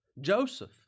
Joseph